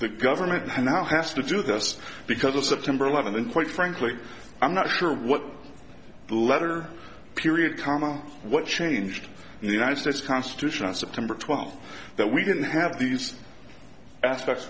the government now has to do this because of september eleventh and quite frankly i'm not sure what letter period comma what changed in the united states constitution on september twelfth that we didn't have these aspects